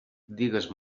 digues